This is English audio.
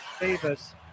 Davis